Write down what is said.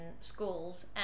schools